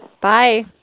Bye